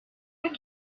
pas